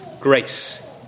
Grace